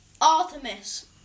Artemis